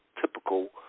typical